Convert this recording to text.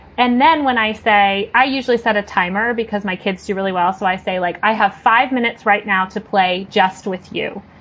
and then when i say i usually set a timer because my kids do really well. so i say like, i have five minutes right now to play just with you.